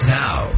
now